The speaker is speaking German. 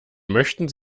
möchten